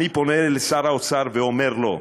אני פונה לשר האוצר ואומר לו,